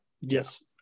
Yes